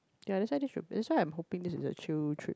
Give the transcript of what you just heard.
ya that's why this trip that's why I'm hopping this is a chill trip